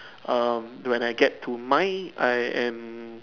um when I get to mine I am